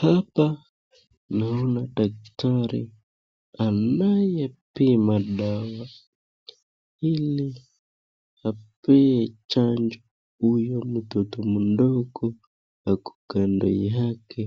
Hapa naona daktari anayepima dawa ili apee chanjo huyu mtoto mdogo ako kando yake